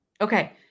Okay